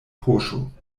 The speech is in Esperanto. poŝo